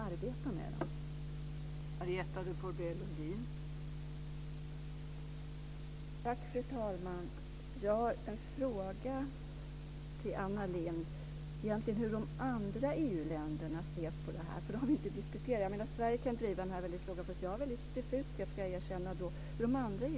Vi ska göra något, precis som i Rumänien. Vi ska ta reda på vilka de är.